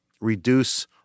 reduce